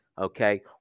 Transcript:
Okay